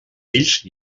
fills